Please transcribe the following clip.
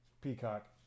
Peacock